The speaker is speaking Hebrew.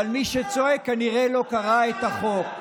אבל מי שצועק כנראה לא קרא את החוק.